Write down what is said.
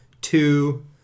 two